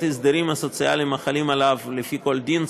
ההסדרים הסוציאליים החלים עליו לפי כל דין,